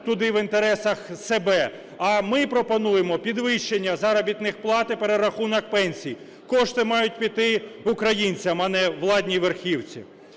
туди в інтересах себе. А ми пропонуємо підвищення заробітних плат і перерахунок пенсій. Кошти мають піти українцям, а не владній верхівці.